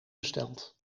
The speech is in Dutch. besteld